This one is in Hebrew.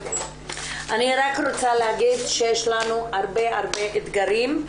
אני רק רוצה להגיד שיש לנו הרבה הרבה אתגרים.